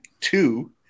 Two